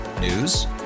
News